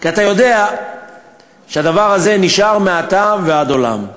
כי אתה יודע שהדבר הזה נשאר מעתה ועד עולם.